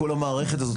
לכל המערכת הזאת,